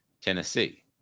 Tennessee